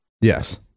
Yes